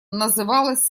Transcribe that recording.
называлась